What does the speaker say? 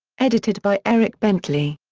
edited by eric bentley.